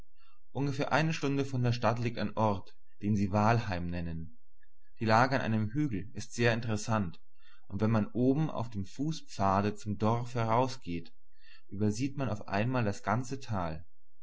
ungefähr eine stunde von der stadt liegt ein ort den sie wahlheim nennen die lage an einem hügel ist sehr interessant und wenn man oben auf dem fußpfade zum dorf herausgeht übersieht man auf einmal das ganze tal